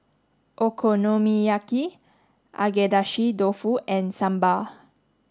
Okonomiyaki Agedashi Dofu and Sambar